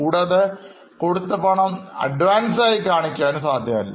കൂടാതെ കൊടുത്ത പണം അഡ്വാൻസായി കാണിക്കാൻ സാധ്യമല്ല